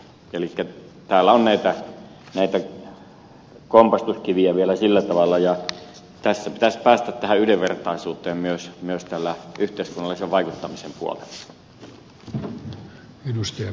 elikkä täällä on näitä kompastuskiviä vielä sillä tavalla ja tässä pitäisi päästä tähän yhdenvertaisuuteen myös tällä yhteiskunnallisen vaikuttamisen puolella